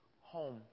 home